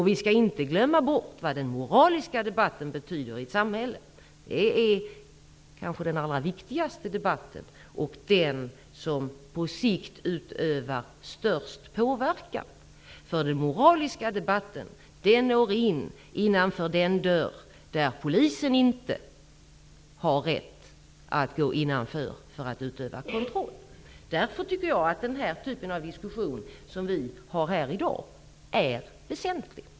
Vi skall inte glömma bort vad den moraliska debatten betyder i ett samhälle. Det är kanske den allra viktigaste debatten, och den debatt som på sikt utövar störst påverkan. Den moraliska debatten når innanför den dörr där polisen inte har rätt att gå in för att utöva kontroll. Därför är den typ av diskussion som vi för här i dag väsentlig.